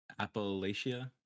Appalachia